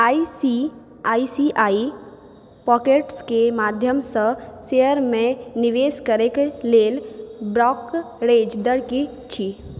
I C I C I pockets के माध्यमसँ share मे निवेश करैक लेल ब्रोकरेज दर की छी